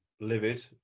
livid